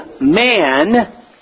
man